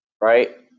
Right